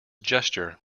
gesture